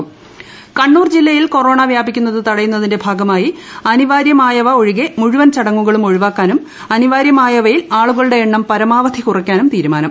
പ്ല കൊറോണ കണ്ണൂർ കണ്ണൂർ ജില്ലയിൽ കൊറോണ വ്യാപിക്കുന്നത് തടയുന്നതിന്റെ ഭാഗമായി അനിവാര്യമായവ ഒഴികെ മുഴുവൻ ചടങ്ങുകളും ഒഴിവാക്കാനും അനിവാര്യമായവയിൽ ആളുകളുടെ എണ്ണം പരമാവധി കുറയ്ക്കാനും തീരുമാനം